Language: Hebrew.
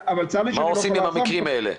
לי שאני לא יכול לעזור --- מה עושים עם המקרים האלה?